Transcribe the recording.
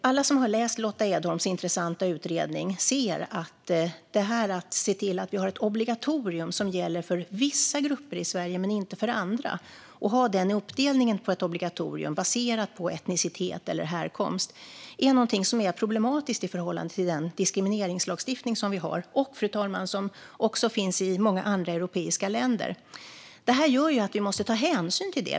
Alla som har läst Lotta Edholms intressanta utredning ser att ett obligatorium som gäller för vissa grupper i Sverige men inte för andra, en uppdelning baserad på etnicitet eller härkomst, är problematiskt i förhållande till den diskrimineringslagstiftning som vi har och som också, fru talman, finns i många andra europiska länder. Detta måste vi ta hänsyn till.